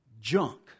junk